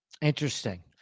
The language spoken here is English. Interesting